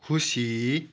खुसी